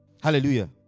Hallelujah